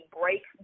break